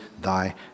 thy